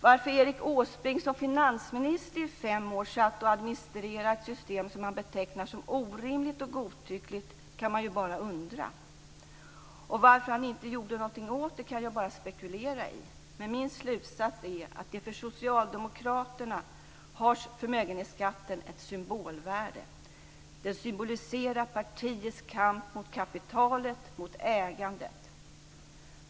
Varför Erik Åsbrink som finansminister i fem år administrerade ett system som han betecknar som orimligt och godtyckligt kan man ju bara undra, och varför han inte gjorde någonting åt det kan jag bara spekulera i, men min slutsats är att förmögenhetsskatten har ett symbolvärde för socialdemokraterna. Den symboliserar partiets kamp mot kapitalet och mot ägandet.